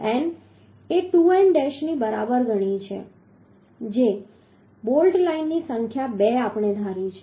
અહીં આપણે n એ 2n ડૅશની બરાબર ગણી છે જે બોલ્ટ લાઇનની સંખ્યા 2 આપણે ધારી છે